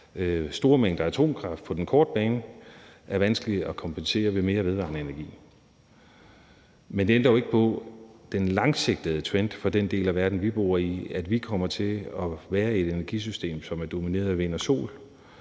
store mængder atomkraft på den korte bane er vanskeligt at kompensere for ved mere vedvarende energi. Men det ændrer jo ikke på den langsigtede trend for den del af verden, vi bor i, nemlig at vi kommer til at være i et energisystem, som er domineret af vind og sol.